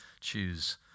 Choose